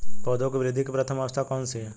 पौधों की वृद्धि की प्रथम अवस्था कौन सी है?